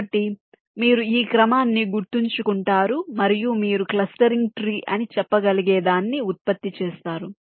కాబట్టి మీరు ఈ క్రమాన్ని గుర్తుంచుకుంటారు మరియు మీరు క్లస్టరింగ్ ట్రీ అని చెప్పగలిగేదాన్ని ఉత్పత్తి చేస్తారు